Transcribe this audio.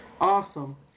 Awesome